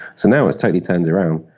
so now it's totally turned around.